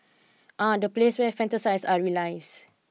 ah the place where fantasise are realised